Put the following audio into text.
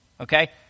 okay